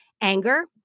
anger